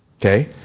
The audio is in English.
Okay